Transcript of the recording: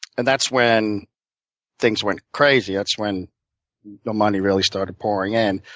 and that's when things went crazy. that's when the money really started pouring in.